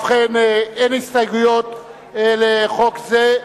ובכן, אין הסתייגויות לחוק זה.